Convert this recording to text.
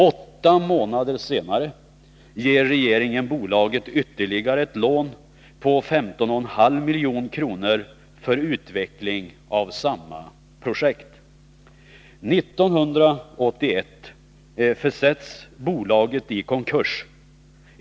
Åtta månader senare ger regeringen bolaget ytterligare ett lån på 15,5 milj.kr. för utveckling av samma projekt. 1981 försätts bolaget i konkurs.